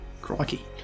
Crikey